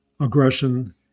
aggression